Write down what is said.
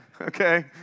Okay